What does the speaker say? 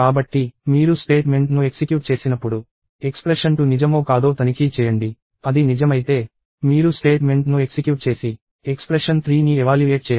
కాబట్టి మీరు స్టేట్మెంట్ను ఎక్సిక్యూట్ చేసినప్పుడు ఎక్స్ప్రెషన్ 2 నిజమో కాదో తనిఖీ చేయండి అది నిజమైతే మీరు స్టేట్మెంట్ను ఎక్సిక్యూట్ చేసి ఎక్స్ప్రెషన్ 3 ని ఎవాల్యుయేట్ చేయండి